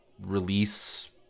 release